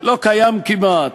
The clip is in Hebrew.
לא קיים כמעט,